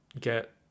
get